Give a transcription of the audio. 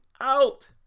out